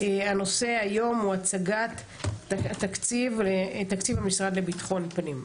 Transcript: הנושא הוא הצגת תקציב המשרד לביטחון פנים.